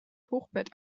hochbett